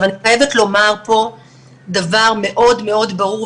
אני חייבת לומר דבר מאוד ברור,